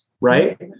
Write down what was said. right